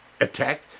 attack